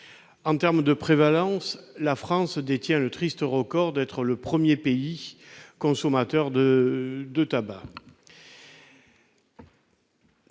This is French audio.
En matière de prévalence, la France détient le triste record d'être le premier pays consommateur de tabac.